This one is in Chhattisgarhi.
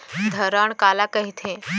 धरण काला कहिथे?